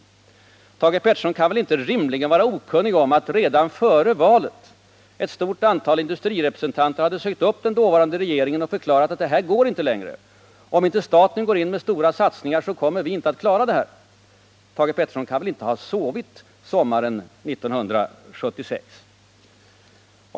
Men Thage Peterson kan väl inte rimligen vara okunnig om att redan före 1976 års val ett stort antal industrirepresentanter hade sökt upp den dåvarande regeringen och förklarat: ”Det här går inte längre, och om inte staten går in med stora satsningar, kommer vi inte att klara det här.” Thage Peterson kan väl inte ha sovit sommaren 1976!